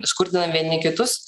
skurdinam vieni kitus